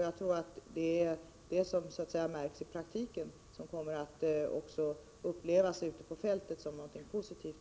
Jag tror också att det är detta som märks i praktiken och som ute på fältet kommer att upplevas som någonting positivt.